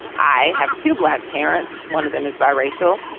i have two black parents. one of them is biracial.